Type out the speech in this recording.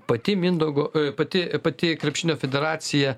pati mindaugo pati pati krepšinio federacija